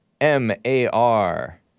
M-A-R